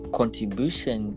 contribution